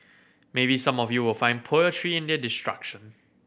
maybe some of you will find poetry in their destruction